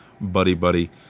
buddy-buddy